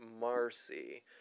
Marcy